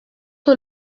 que